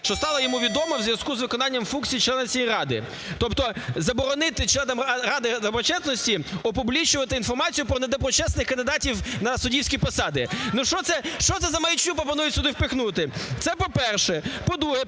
що стала йому відома у зв'язку з виконанням функцій члена цієї ради, тобто заборонити членам ради доброчесності опублічувати інформацію про недоброчесних кандидатів на суддівські посади. Ну що це за маячню пропонують сюди впихнути? Це, по-перше. По-друге,